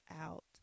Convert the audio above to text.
out